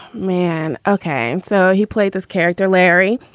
man. ok. so he played this character, larry,